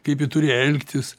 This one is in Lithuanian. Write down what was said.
kaip ji turi elgtis